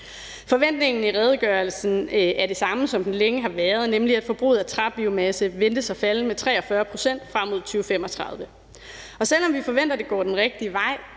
Forventningen i redegørelsen er den samme, som den længe har været, nemlig forbruget af træbiomasse ventes at falde med 43 pct. frem mod 2035. Og selv om vi forventer, at det går den rigtige vej,